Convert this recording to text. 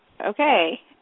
Okay